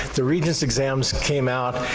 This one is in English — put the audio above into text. the regent's exams came out,